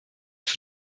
für